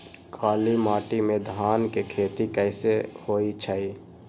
काली माटी में धान के खेती कईसे होइ छइ?